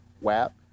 WAP